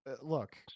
look